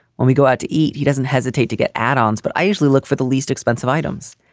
when we go out to eat, he doesn't hesitate to get add ons, but i usually look for the least expensive items.